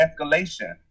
escalation